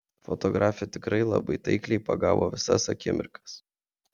fotografė tikrai labai taikliai pagavo visas akimirkas